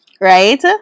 right